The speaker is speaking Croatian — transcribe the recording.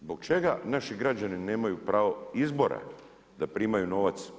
Zbog čega naši građani nemaju pravo izbora da primaju novac?